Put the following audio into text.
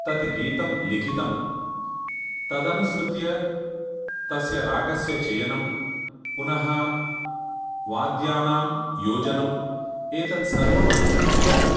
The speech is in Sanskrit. तत् गीतं लिखितं तदनुसृत्य तस्य रागस्य चयनं पुनः वाद्यानां योजनम् एतत्सर्वमनुसृत्य